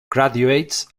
graduates